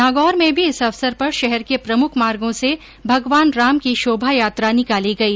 नागौर में भी इस अवसर पर शहर के प्रमुख मार्गो से भगवान राम की शोभायात्रा निकाली गई